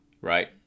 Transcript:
right